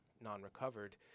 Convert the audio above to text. non-recovered